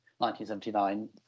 1979